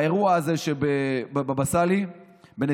באירוע הזה של הבבא סאלי בנתיבות,